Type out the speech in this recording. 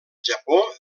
japó